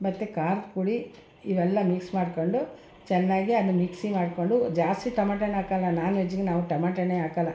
ಮತ್ತು ಖಾರದ ಪುಡಿ ಇವೆಲ್ಲ ಮಿಕ್ಸ್ ಮಾಡ್ಕೊಂಡು ಚೆನ್ನಾಗಿ ಅದು ಮಿಕ್ಸಿ ಮಾಡ್ಕೊಂಡು ಜಾಸ್ತಿ ಟೊಮಟೊ ಹಣ್ಣು ಹಾಕೋಲ್ಲ ನಾನ್ ವೆಜ್ಜಿಗೆ ನಾವು ಟೊಮಟ ಹಣ್ಣೆ ಹಾಕೋಲ್ಲ